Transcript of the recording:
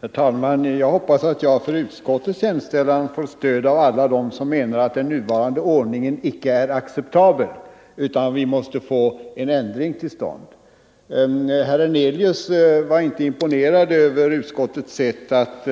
Herr talman! Jag hoppas att jag för utskottets hemställan får stöd av alla som menar att den nuvarande ordningen inte är acceptabel och att vi måste få en ändring till stånd. Herr Hernelius var inte imponerad över utskottets sätt att